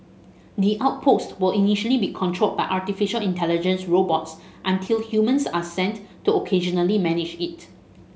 the outpost will initially be controlled by artificial intelligence robots until humans are sent to occasionally manage it